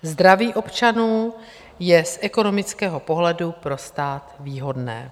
Zdraví občanů je z ekonomického pohledu pro stát výhodné.